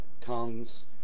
tongues